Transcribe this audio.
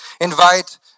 invite